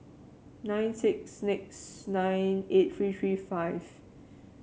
nine six six nine eight three three five